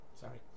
sorry